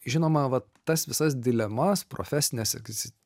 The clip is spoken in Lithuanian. žinoma vat tas visas dilemas profesines sakysi